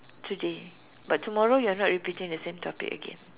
today but tomorrow you are not repeating the same topic again